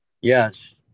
Yes